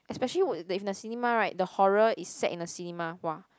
especially if in the cinema right the horror is set in the cinema (wah)